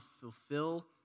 fulfill